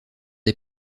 des